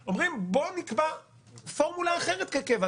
אומרים: בואו נקבע פורמולה אחרת כקבע.